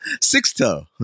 Six-toe